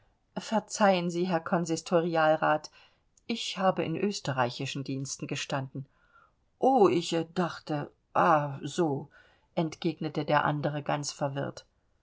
verzeihen sie herr konsistorialrat ich habe in österreichischen diensten gestanden o ich dachte ah so entgegnete der andere ganz verwirrt